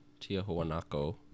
Tiahuanaco